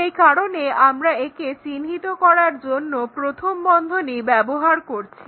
সেই কারণে আমরা একে চিহ্নিত করার জন্য প্রথম বন্ধনী ব্যবহার করছি